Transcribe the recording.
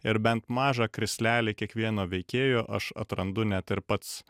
ir bent mažą krislelį kiekvieno veikėjo aš atrandu net ir pats